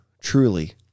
Truly